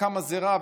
וכמה זה רע,